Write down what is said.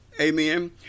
amen